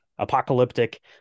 apocalyptic